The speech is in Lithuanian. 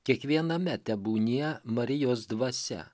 kiekviename tebūnie marijos dvasia